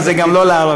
אז זה גם לא לערבים.